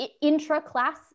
intra-class